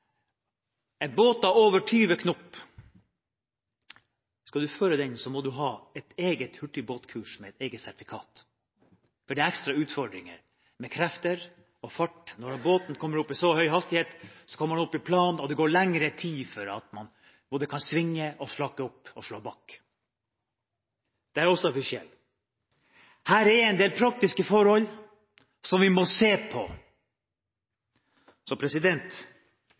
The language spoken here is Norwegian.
må man ha et eget hurtigbåtkurs med eget sertifikat, for det er ekstra utfordringer med krefter og fart. Når båten kommer opp i så høy hastighet, kommer den opp i plan, og det går lenger tid før man kan svinge, slakke opp og slå bakk. Det er også en forskjell. Her er det en del praktiske forhold som vi må se på, så